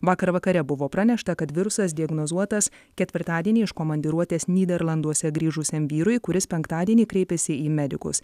vakar vakare buvo pranešta kad virusas diagnozuotas ketvirtadienį iš komandiruotės nyderlanduose grįžusiam vyrui kuris penktadienį kreipėsi į medikus